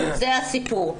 זה הסיפור.